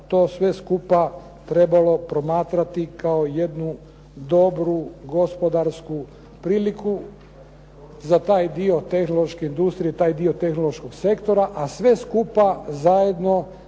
to sve skupa trebalo promatrati kao jednu dobru gospodarsku priliku za taj dio tehnološke industrije, taj dio tehnološkog sektora. A sve skupa zajedno